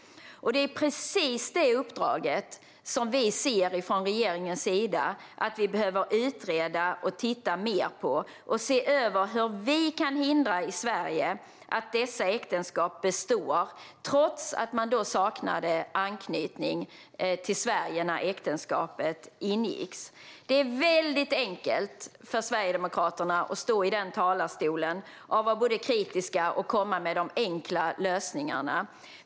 Det är precis detta uppdrag som vi från regeringens sida ser att vi behöver utreda och titta mer på. Vi behöver se över hur vi i Sverige kan hindra att dessa äktenskap består, trots att de personer det handlar om saknade anknytning till Sverige när äktenskapet ingicks. Det är väldigt enkelt för Sverigedemokraterna att stå i talarstolen och både vara kritiska och komma med de enkla lösningarna.